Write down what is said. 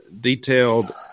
detailed